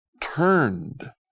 turned